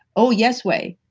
oh, yes way.